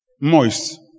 Moist